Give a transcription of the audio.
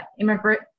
immigrant